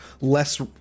less